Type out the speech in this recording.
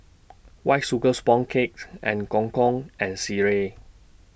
White Sugar Sponge Cakes and Gong Gong and Sireh